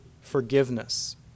forgiveness